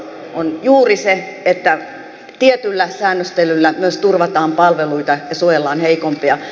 huoli on juuri se että tietyllä säännöstelyllä myös turvataan palveluita ja suojellaan heikompia